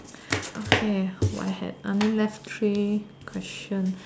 okay we had only left three question